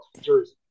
jersey